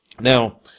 Now